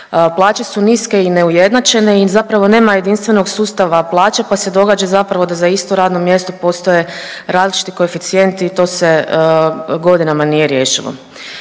Plaće su niske i neujednačene i zapravo nema jedinstvenog sustava plaća, pa se događa zapravo da za isto radno mjesto postoje različiti koeficijenti i to se godinama nije riješilo.